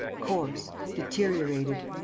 coarse, deteriorated.